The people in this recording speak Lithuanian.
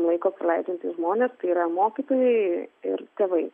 laiko praleidžiantys žmonės tai yra mokytojai ir tėvai